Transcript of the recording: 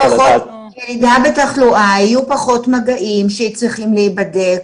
כשיש ירידה בתחלואה יש פחות מגעים שצריכים להיבדק